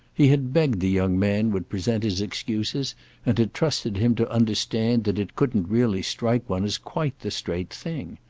he had begged the young man would present his excuses and had trusted him to understand that it couldn't really strike one as quite the straight thing.